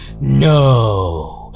No